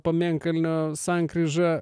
pamėnkalnio sankryža